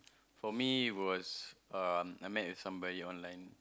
for me was um I met with somebody online